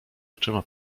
oczyma